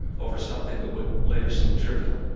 over something that would later seem trivial.